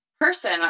person